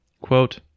Quote